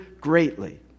greatly